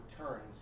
returns